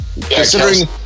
Considering